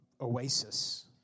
oasis